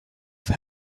have